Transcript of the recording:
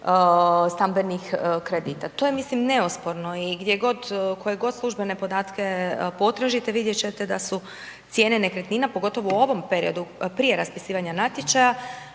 stambenih kredita. To je mislim neosporno i gdje god, koje god službene podatke potražite vidjet ćete da su cijene nekretnina pogotovo u ovom periodu prije raspisivanja natječaja